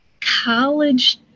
college